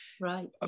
right